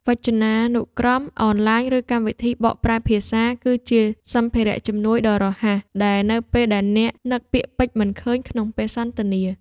វចនានុក្រមអនឡាញ ឬកម្មវិធីបកប្រែភាសា គឺជាសម្ភារៈជំនួយដ៏រហ័សនៅពេលដែលអ្នកនឹកពាក្យពេចន៍មិនឃើញក្នុងពេលសន្ទនា។